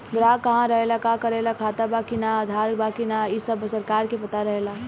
ग्राहक कहा रहेला, का करेला, खाता बा कि ना, आधार बा कि ना इ सब सरकार के पता रहेला